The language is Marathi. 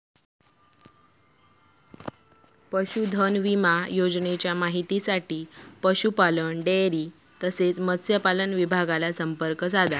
पशुधन विमा योजनेच्या माहितीसाठी पशुपालन, डेअरी तसाच मत्स्यपालन विभागाक संपर्क साधा